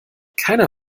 keiner